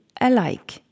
alike